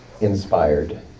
inspired